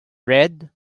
red